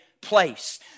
place